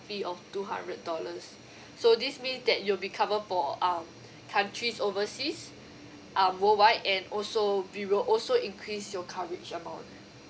fee of two hundred dollars so this means that you'll be covered for um countries overseas um worldwide and also we will also increase your coverage amount